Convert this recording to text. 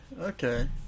okay